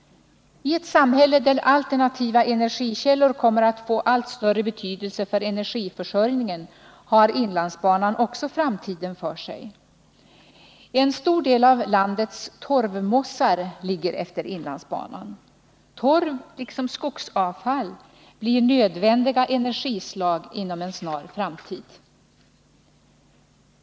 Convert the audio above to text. I ett samhälle där alternativa energikällor kommer att få allt större betydelse för energiförsörjningen har inlandsbanan också framtiden för sig. En stor del av landets torvmossar ligger utefter inlandsbanan. Torv blir, liksom skogsavfall, nödvändiga energislag inom en snar framtid.